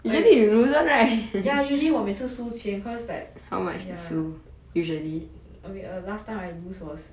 ya usually 我每次输钱 cause like okay last time I lose was